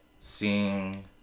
seeing